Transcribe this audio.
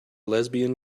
lesbian